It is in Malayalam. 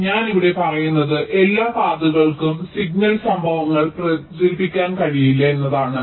അതിനാൽ ഞാൻ ഇവിടെ പറയുന്നത് എല്ലാ പാതകൾക്കും സിഗ്നൽ സംഭവങ്ങൾ പ്രചരിപ്പിക്കാൻ കഴിയില്ല എന്നതാണ്